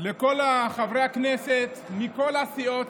לכל חברי הכנסת מכל הסיעות,